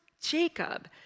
Jacob